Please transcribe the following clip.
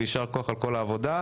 יישר כוח על כל העבודה.